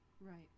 Right